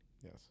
Yes